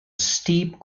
steep